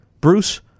Bruce